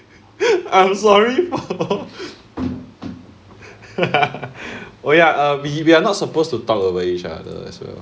I'm sorry oh ya we are not supposed to talk over each other also